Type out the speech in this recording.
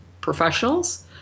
professionals